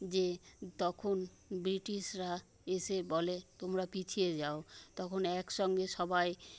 যে তখন ব্রিটিশরা এসে বলে তোমারা পিছিয়ে যাও তখন একসঙ্গে সবাই